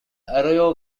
arroyo